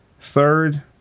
Third